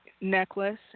necklace